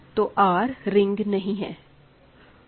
तो R ring नहीं है